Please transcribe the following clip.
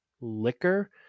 liquor